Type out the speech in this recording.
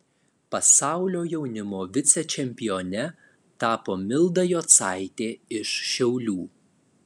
pasaulio jaunimo vicečempione tapo milda jocaitė iš šiaulių